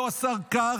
לא, השר קרעי.